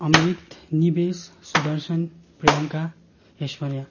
Amrit Nivesh Sudarshan Priyanka Aishwarya